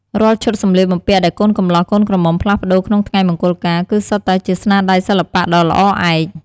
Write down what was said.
រាល់ឈុតសម្លៀកបំពាក់ដែលកូនកម្លោះកូនក្រមុំផ្លាស់ប្ដូរក្នុងថ្ងៃមង្គលការ គឺសុទ្ធតែជាស្នាដៃសិល្បៈដ៏ល្អឯក។